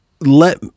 let –